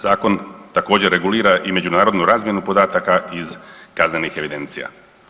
Zakon također regulira i međunarodnu razmjenu podataka iz kaznenih evidencija.